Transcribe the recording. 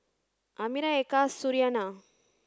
Amirah Eka Suriani